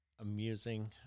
amusing